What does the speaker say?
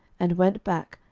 and went back,